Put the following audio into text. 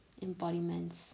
embodiments